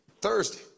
Thursday